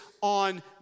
on